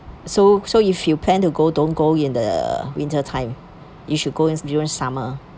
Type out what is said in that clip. so so if you plan to go don't go in the winter time you should go in during summer